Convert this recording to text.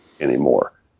anymore